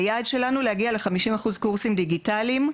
היעד שלנו הוא להגיע לחמישים אחוז קורסים דיגיטליים,